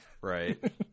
Right